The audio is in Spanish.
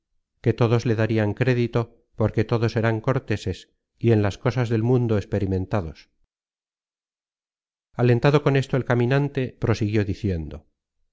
que todos le darian crédito porque todos eran corteses y en las cosas del mundo experimentados alentado con esto el caminante prosiguió diciendo